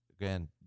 again